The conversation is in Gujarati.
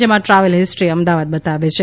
જેમાં ટ્રાવેલ હિસ્તી ી અમદાવાદ બતાવે છે